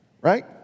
Right